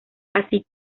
así